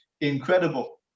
incredible